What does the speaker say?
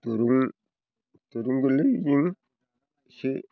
दुरुं दुरुं गोरलैजोंनो एसे